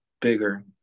bigger